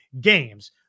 games